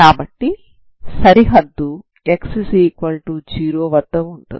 కాబట్టి సరిహద్దు x0 వద్ద ఉంటుంది